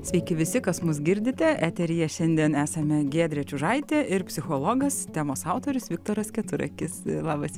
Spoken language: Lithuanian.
sveiki visi kas mus girdite eteryje šiandien esame giedrė čiužaitė ir psichologas temos autorius viktoras keturakis labas